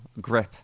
grip